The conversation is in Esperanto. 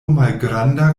malgranda